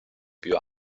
più